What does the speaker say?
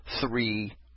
three